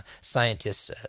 scientists